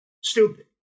Stupid